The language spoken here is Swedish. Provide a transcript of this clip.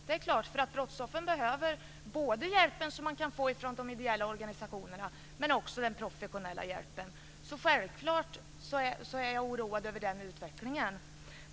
Fru talman! Jo. Brottsoffren behöver både den hjälp som de kan få från de ideella organisationerna och den professionella hjälpen. Självklart är jag oroad över utvecklingen.